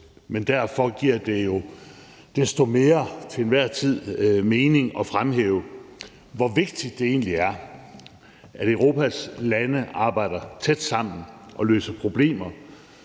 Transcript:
men derfor giver det jo desto mere til enhver tid mening at fremhæve, hvor vigtigt det egentlig er, at Europas lande arbejder tæt sammen og løser problemer